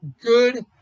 good